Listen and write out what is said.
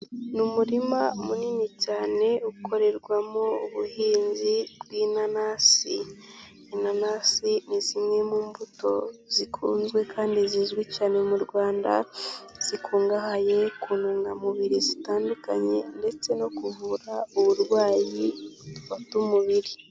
Ni umurima munini cyane ukorerwamo ubuhinzi bw'inanasi, inanasi ni zimwe mu mbuto zikunzwe kandi zizwi cyane mu Rwanda, zikungahaye ku ntungamubiri zitandukanye ndetse no kuvura uburwayi bufata umubiri.